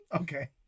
Okay